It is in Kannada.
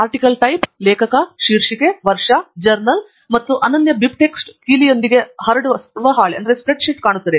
ಆರ್ಟಿಕಲ್ ಟೈಪ್ ಲೇಖಕ ಶೀರ್ಷಿಕೆ ವರ್ಷ ಜರ್ನಲ್ ಮತ್ತು ಅನನ್ಯ ಬಿಬಿಟಿಕ್ಸ್ ಕೀಲಿಯೊಂದಿಗೆ ಹರಡುವ ಹಾಳೆ ಕಾಣುತ್ತದೆ